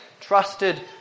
trusted